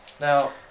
Now